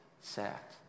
sat